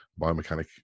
biomechanic